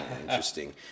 Interesting